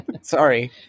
Sorry